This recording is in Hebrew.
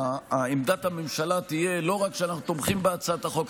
שעמדת הממשלה תהיה לא רק שאנחנו תומכים בהצעת החוק,